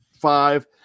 five